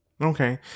Okay